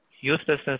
uselessness